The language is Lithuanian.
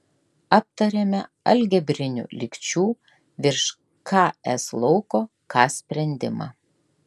aptarėme algebrinių lygčių virš ks lauko k sprendimą